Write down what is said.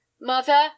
Mother